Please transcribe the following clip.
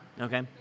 Okay